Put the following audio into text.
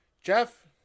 Jeff